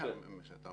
כשאתה